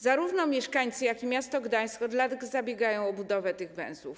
Zarówno mieszkańcy, jak i miasto Gdańsk od lat zabiegają o budowę tych węzłów.